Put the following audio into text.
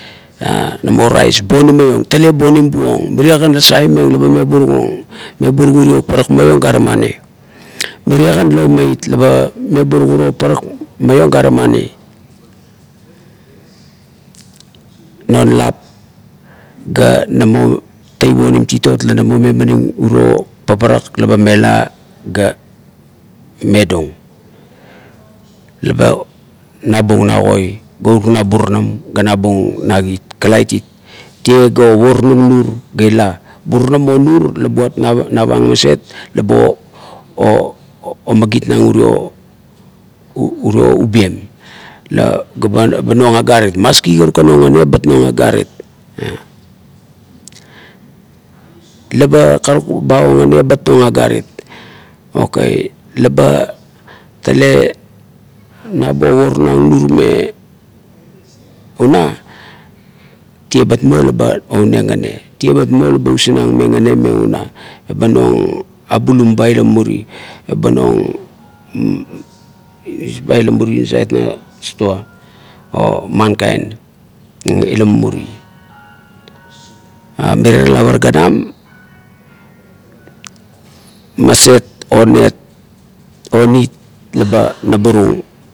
A namo rais bonim muoing takekan bonim buong mirie kan la save mang me ba meburung urio parak maoing gara mani mirie kan la omeit la ba meburung urio parak gare mani non lap la teip onim titot la namo mumaning uro paparak la ba mela ga medung la ba nabung na koi ga nabung burunam ga nabung na kit, kalait it, tie ga ovur nang nur ga ila burunam o nur la buat mavang maset la ba omagitnang uro ubien la ba nong agarit, maski laba karuk ongane abat ong a agarit. Leba karuk ba o ngane ebat nong agarit okei la ba tale over nong nur me una tie bat muo la ba ouning ngane tie bat muo la ba usinnang me ngane me una, eba nong abuluma ba ila muri nasait na stoa, man kain ila mumuru a mirie ara lap ganam maset onet onit la ba naburung.